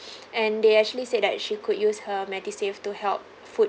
and they actually said that she could use her medisave to help foot